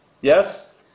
yes